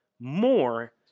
more